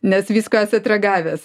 nes visko esat ragavęs